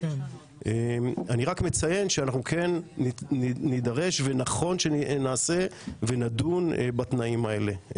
אני רק מציין שאנחנו נידרש ונכון שנעשה ונדון בתנאים האלה.